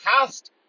past